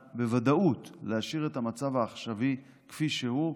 בוודאות לא ניתן להשאיר את המצב העכשווי כפי שהוא,